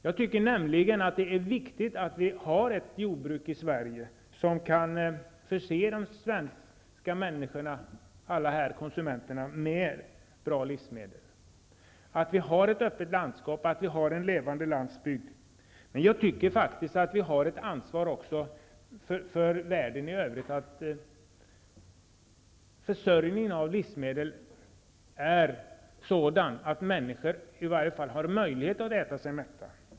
Jag tycker nämligen att det är viktigt att vi har ett jordbruk i Sverige som kan förse de svenska konsumenterna med bra livsmedel, att vi har ett öppet landskap och att vi har en levande landsbygd. Men jag tycker faktiskt att vi har ett ansvar också för världen i övrigt, för att försörjningen med livsmedel är sådan att människor i varje fall har möjlighet att äta sig mätta.